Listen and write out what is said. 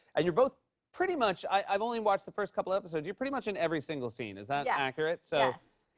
and you're both pretty much i've only watched the first couple episodes you're pretty much in every single scene. is that and accurate? so yes.